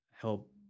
help